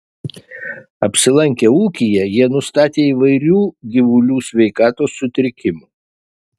apsilankę ūkyje jie nustatė įvairių gyvulių sveikatos sutrikimų